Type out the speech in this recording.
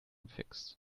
fix